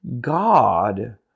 God